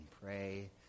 pray